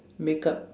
makeup